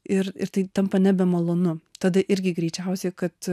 ir tai tampa nebemalonu tada irgi greičiausiai kad